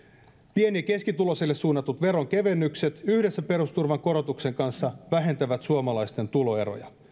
pieni ja keskituloisille suunnatut veronkevennykset yhdessä perusturvan korotuksen kanssa vähentävät suomalaisten tuloeroja